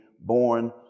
born